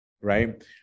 Right